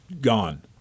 gone